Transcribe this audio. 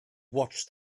watched